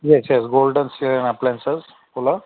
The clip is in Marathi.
येस येस गोल्डन शेयेन अप्लायन्सेस बोला